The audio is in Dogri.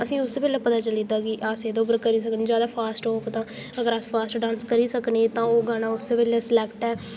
असें ई उस्सै बेल्लै पता चली जंदा की अस एह्दे पर करी सकने जादै फॉस्ट होग तां अगर अस फॉस्ट डांस करी सकने तां ओह् गाना उस्सै बेल्लै सलैक्ट ऐ